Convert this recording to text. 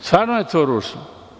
Stvarno je to ružno.